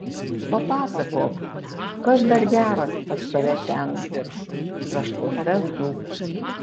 papasakok kas dar gero pas tave ten kraštuose dzūkų